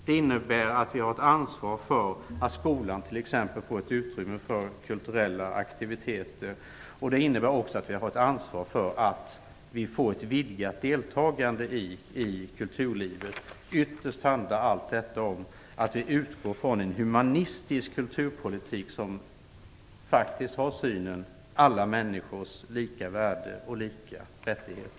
Det innebär att vi har ett ansvar för att skolan t.ex. får ett utrymme för kulturella aktiviteter. Det innebär också att vi har ett ansvar för att få till stånd ett vidgat deltagande i kulturlivet. Ytterst handlar allt detta om att vi utgår från en humanistisk kulturpolitik, som innebär att alla människor har lika värde och samma rättigheter.